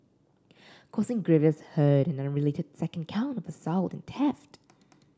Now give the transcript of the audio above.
causing grievous hurt an unrelated second count of assault and theft